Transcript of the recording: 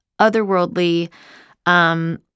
otherworldly